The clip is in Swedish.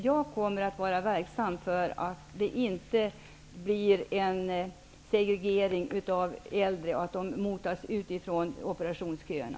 Jag kommer att verka för att det inte skall uppstå segregering och för att de äldre inte skall motas bort från operationsköerna.